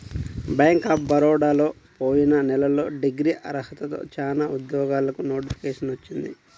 bank of బరోడాలో పోయిన నెలలో డిగ్రీ అర్హతతో చానా ఉద్యోగాలకు నోటిఫికేషన్ వచ్చింది